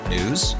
News